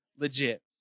legit